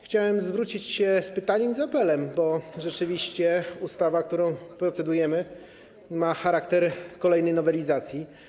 Chciałem zwrócić się z pytaniem i apelem, bo rzeczywiście ustawa, nad którą procedujemy, ma charakter kolejnej nowelizacji.